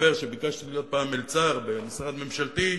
מספר שביקשתי להיות פעם מלצר במשרד ממשלתי,